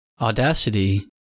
Audacity